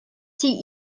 sie